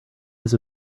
his